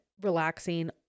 relaxing